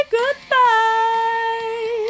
goodbye